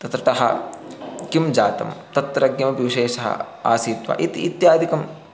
तत्र तः किं जातं तत्र किमपि विशेषः आसीत् वा इति इत्यादिकम्